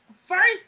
first